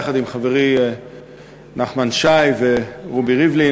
יחד עם חברי נחמן שי ורובי ריבלין,